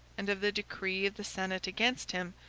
and of the decree of the senate against him,